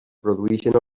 produeixin